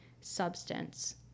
substance